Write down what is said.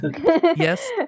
yes